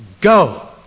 go